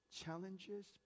challenges